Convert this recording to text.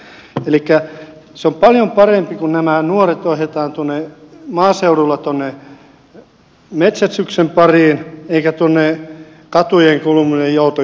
elikkä se on paljon parempi kun nämä nuoret ohjataan maaseudulla tuonne metsästyksen pariin eikä katujen kulmille joutavia tekemään